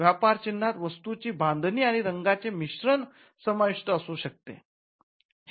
व्यापार चिन्हात वस्तूची बांधणी आणि रंगां चे मिश्रण समाविष्ट असू शकते